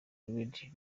red